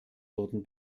wurden